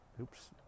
Oops